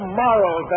moral